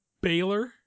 Baylor